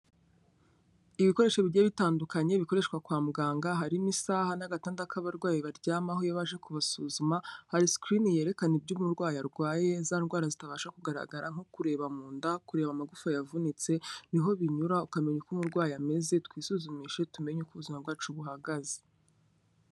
Ibikoresho bigiye bitandukanye bikoreshwa kwa muganga, harimo isaha n'agatanda k'abarwayi baryamaho iyo baje kubasuzuma, hari sikirini yerekana ibyo umurwayi arwaye za ndwara zitabasha kugaragara nko kureba mu nda, kureba amagufa yavunitse, ni ho binyura ukamenya uko umurwayi ameze, twisuzumishe tumenye uko ubuzima bwacu buhagaze.